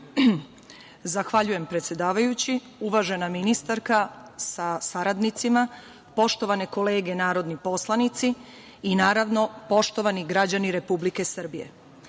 Zahvaljujem, predsedavajući. Uvažena ministarka sa saradnicima, poštovane kolege narodni poslanici i, naravno, poštovani građani Republike Srbije,